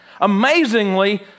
Amazingly